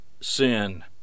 sin